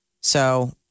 So-